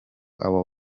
abo